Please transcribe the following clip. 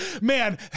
Man